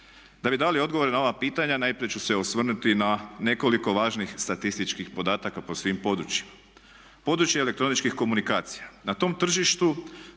Da bi dali odgovore na ova pitanja najprije ću se osvrnuti na nekoliko važnih statističkih podataka po svim područjima. Područje elektroničkih komunikacija, na tom tržištu